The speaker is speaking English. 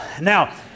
Now